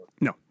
no